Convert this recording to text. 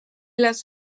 les